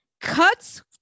Cuts